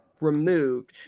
removed